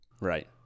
Right